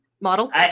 Model